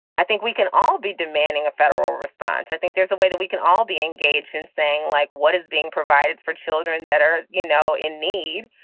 i think we can all be demanding a federal response. i think there's a way that we can all be engaged in saying like what is being provided for children that are, you know, in need